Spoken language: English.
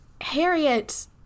Harriet